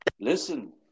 Listen